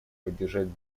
поддержать